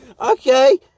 Okay